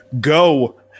go